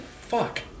fuck